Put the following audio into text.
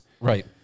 right